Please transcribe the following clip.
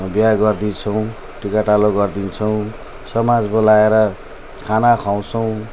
बिहा गरिदिन्छौँ टिकाटालो गरिदिन्छौँ समाज बोलाएर खाना खुवाउँछौँ